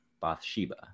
Bathsheba